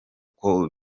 uko